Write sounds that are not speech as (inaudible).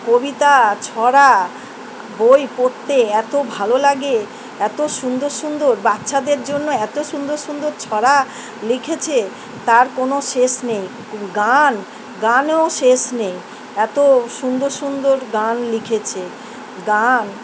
কবিতা ছড়া বই পড়তে এত ভালো লাগে এত সুন্দর সুন্দর বাচ্চাদের জন্য এতো সুন্দর সুন্দর ছড়া লিখেছে তার কোনো শেষ নেই (unintelligible) গান গানেও শেষ নেই এত সুন্দর সুন্দর গান লিখেছে গান